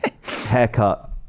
haircut